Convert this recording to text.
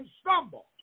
stumble